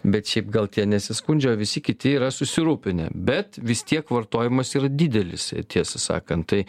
bet šiaip gal tie nesiskundžia o visi kiti yra susirūpinę bet vis tiek vartojimas didelis tiesą sakan tai